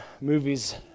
movies